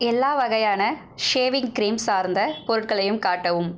எல்லா வகையான shaving cream சார்ந்த பொருட்களையும் காட்டவும்